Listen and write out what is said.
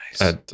Nice